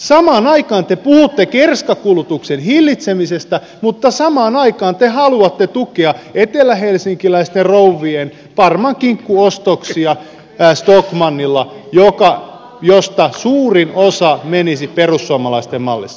samaan aikaan te puhutte kerskakulutuksen hillitsemisestä mutta samaan aikaan te haluatte tukea etelähelsinkiläisten rouvien parmankinkkuostoksia stockmannilla mistä suurin osa menisi perussuomalaisten mallissa